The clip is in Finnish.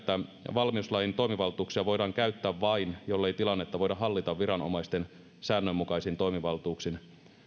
valmiuslain toimivaltuuksia voidaan käyttää vain jollei tilannetta voida hallita viranomaisten säännönmukaisin toimivaltuuksin